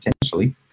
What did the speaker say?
potentially